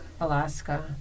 Alaska